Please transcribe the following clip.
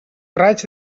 raig